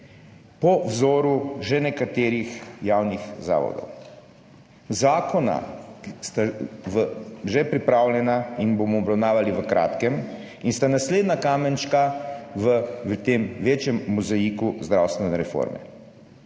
po vzoru že nekaterih javnih zavodov. Zakona sta že pripravljena in ju bomo obravnavali v kratkem in sta naslednja kamenčka v tem večjem mozaiku zdravstvene reforme.